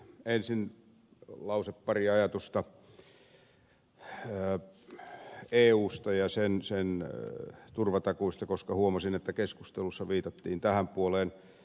ensin lause pari ajatusta eusta ja sen turvatakuista koska huomasin että keskustelussa viitattiin tähän puoleen